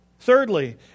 Thirdly